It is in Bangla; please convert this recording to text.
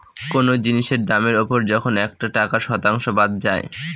কোনো জিনিসের দামের ওপর যখন একটা টাকার শতাংশ বাদ যায়